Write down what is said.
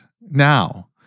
now